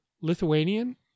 lithuanian